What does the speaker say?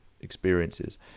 experiences